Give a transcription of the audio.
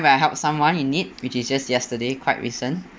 when I help someone in need which is just yesterday quite recent